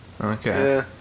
Okay